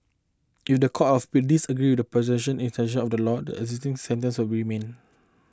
if the Court of Appeal disagree with the prosecution interpretation of the law the existing sentence will remain